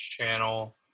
channel